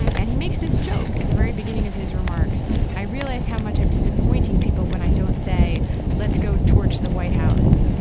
and he makes this joke at the very beginning of his remarks i realize how much i'm disappointing people when i don't say let's go torch the white house.